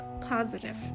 positive